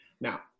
Now